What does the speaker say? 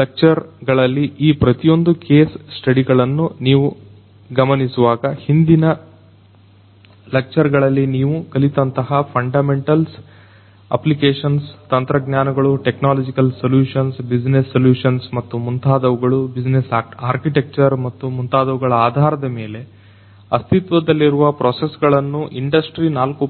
lecture ಗಳಲ್ಲಿ ಈ ಪ್ರತಿಯೊಂದು ಕೇಸ್ ಸ್ಟಡಿಗಳನ್ನು ನೀವು ಗಮನಿಸುವಾಗ ಹಿಂದಿನ ಲಕ್ಷಗಳಲ್ಲಿ ನೀವು ಕಲಿತಂತಹ ಫಂಡಮೆಂಟಲ್ಸ್ ಅಪ್ಲಿಕೇಶನ್ಸ್ ತಂತ್ರಜ್ಞಾನಗಳು ಟೆಕ್ನಾಲಜಿಕಲ್ ಸಲ್ಯೂಷನ್ಸ್ ಬಿಸಿನೆಸ್ ಸಲ್ಯೂಷನ್ಸ್ ಮತ್ತು ಮುಂತಾದವುಗಳು ಬಿಸಿನೆಸ್ ಆರ್ಕಿಟೆಕ್ಚರ್ ಮತ್ತು ಮುಂತಾದವುಗಳ ಆಧಾರದ ಮೇಲೆ ಅಸ್ತಿತ್ವದಲ್ಲಿರುವ ಪ್ರೋಸಸ್ ಗಳನ್ನು ಇಂಡಸ್ಟ್ರಿ 4